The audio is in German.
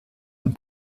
ein